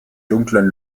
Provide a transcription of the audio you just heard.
dunklen